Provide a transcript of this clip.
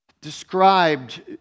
described